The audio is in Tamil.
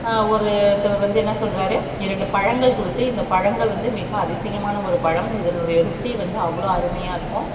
ஒரு ஒருத்தவர் வந்து என்ன சொல்றார் இரண்டு பழங்கள் கொடுத்து இந்த பழங்கள் வந்து மிக அதியசமான ஒரு பழம் இதனுடைய ருசி வந்து அவ்வளோ அருமையாக இருக்கும்